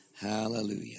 Hallelujah